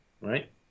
right